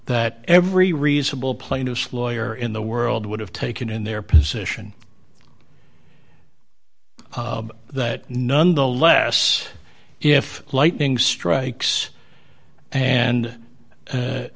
that every reasonable plaintiff's lawyer in the world would have taken in their position that nonetheless if lightning strikes and